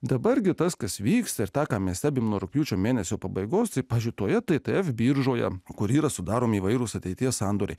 dabar gi tas kas vyksta ir tą ką mes stebime nuo rugpjūčio mėnesio pabaigos tai pavyzdžiui toje biržoje kur yra sudaromi įvairūs ateities sandoriai